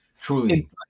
truly